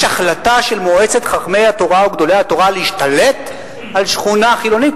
יש החלטה של מועצת חכמי התורה או גדולי התורה להשתלט על שכונה חילונית?